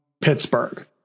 Pittsburgh